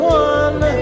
one